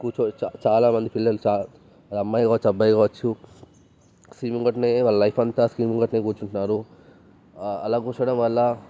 కూర్చుని చా చాలామంది పిల్లలు చా అది అమ్మాయి కావ్వచ్చు అబ్బాయి కావ్వచ్చు స్క్రీన్ ముందర వాళ్ళ లైఫ్ అంతా స్క్రీన్ ముందర కూర్చుంటున్నారు అలా కూర్చోడం వల్ల